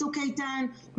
צוק איתן,